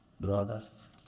brothers